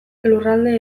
lurralde